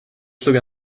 slog